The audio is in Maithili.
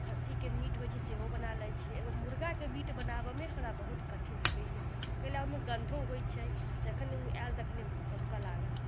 खस्सीके मीट होइत छै सेहो बना लैत छी एगो मुर्गाके मीट बनाबऽमे हमरा बहुत कठिन लगैया किआ लऽ ओहिमे गंधो होइत छै जखनि ओ आएल तखने भभकऽ लागल